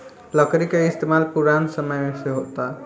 लकड़ी के इस्तमाल पुरान समय से होता